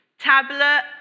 Tablet